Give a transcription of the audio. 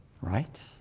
Right